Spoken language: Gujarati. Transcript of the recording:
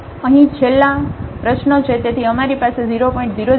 અહીં છેલ્લી પ્રશ્નોઓ છે તેથી અમારી પાસે 0